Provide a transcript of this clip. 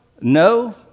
No